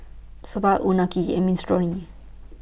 Soba Unagi and Minestrone